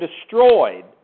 destroyed